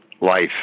life